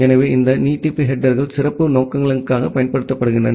எனவே இந்த நீட்டிப்பு ஹெடேர்கள் சிறப்பு நோக்கங்களுக்காக பயன்படுத்தப்படுகின்றன